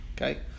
Okay